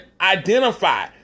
identify